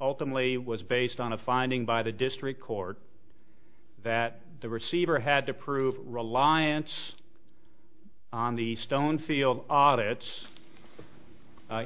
ultimately was based on a finding by the district court that the receiver had to prove reliance on the stone field audits